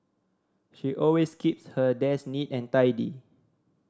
she always keeps her desk neat and tidy